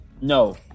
No